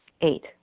Eight